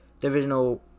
divisional